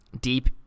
deep